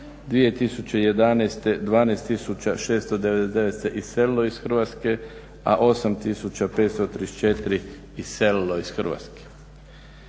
2011. 12699 se iselilo iz Hrvatske, a 8534 iselilo iz Hrvatske.